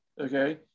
okay